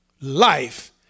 life